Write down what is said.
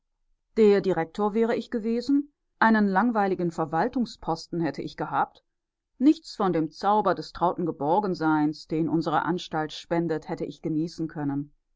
der direktor wäre ich gewesen einen langweiligen verwaltungsposten hätte ich gehabt nichts von dem zauber trauten geborgenseins den unsere anstalt spendet hätte ich genießen können